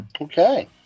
Okay